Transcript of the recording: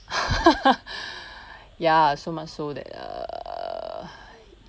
ya so much so that err